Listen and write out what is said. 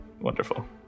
Wonderful